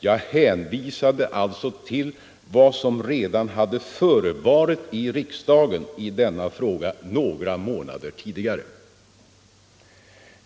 Jag hänvisade alltså till vad som redan hade förevarit i riksdagen i denna fråga några månader tidigare.